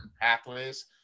pathways